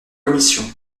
commission